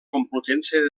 complutense